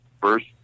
first